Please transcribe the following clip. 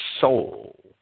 soul